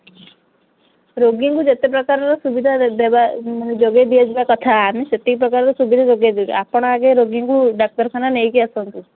ରୋଗୀଙ୍କୁ ଯେତେ ପ୍ରକାରର ସୁବିଧା ଦେବାାନ ଯୋଗାଇ ଦିଆଯିବା କଥା ଆମେ ସେତିକି ପ୍ରକାରର ସୁବିଧା ଯୋଗାଇ ଦେବୁ ଆପଣ ଆଗେ ରୋଗୀଙ୍କୁ ଡାକ୍ତରଖାନା ନେଇକି ଆସନ୍ତୁ